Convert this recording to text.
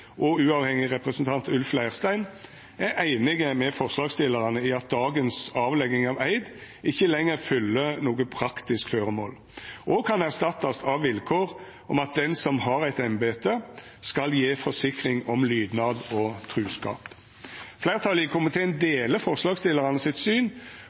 og uavhengig representant Ulf Leirstein, er einig med forslagsstillarane i at dagens avlegging av eid ikkje lenger fyller noko praktisk føremål, og kan erstattast av vilkår om at den som har eit embete, skal gje forsikring om lydnad og truskap. Fleirtalet i komiteen deler forslagsstillarane sitt syn